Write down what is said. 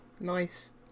Nice